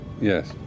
Yes